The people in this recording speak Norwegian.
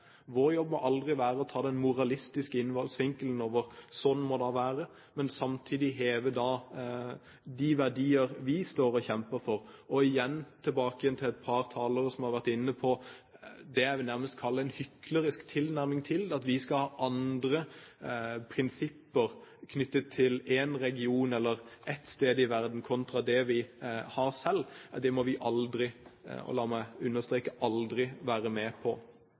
aldri være å ta den moralistiske innfallsvinkelen, at sånn må det være, men heve de verdier vi står for og kjemper for. Igjen vil jeg tilbake til et par talere som har vært inne på det jeg nærmest vil kalle en hyklersk tilnærming til det, at vi skal ha andre prinsipper knyttet til én region eller ett sted i verden enn det vi har selv. Det må vi aldri – og la meg understreke aldri – være med på.